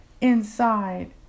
inside